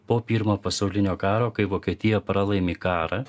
po pirmo pasaulinio karo kai vokietija pralaimi karą